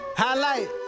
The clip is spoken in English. highlight